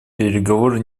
переговоры